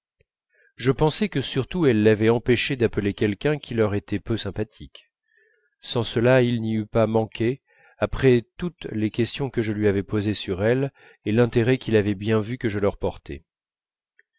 je pensai que surtout elles l'avaient empêché d'appeler quelqu'un qui leur était peu sympathique sans cela il n'y eût pas manqué après toutes les questions que je lui avais posées sur elles et l'intérêt qu'il avait bien vu que je leur portais